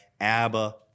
Abba